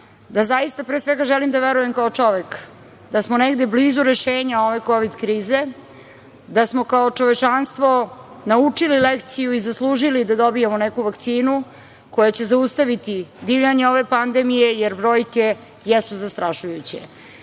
da zaista pre svega želim da verujem kao čovek da smo negde blizu rešenja ove kovid krize, da smo kao čovečanstvo naučili lekciju i zaslužili da dobijemo neku vakcinu koja će zaustaviti divljanje ove pandemije, jer brojke jesu zastrašujuće. Moglo